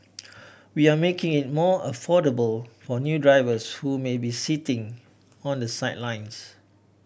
we are making it more affordable for new drivers who may be sitting on the sidelines